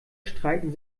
streiten